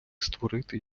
створити